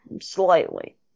slightly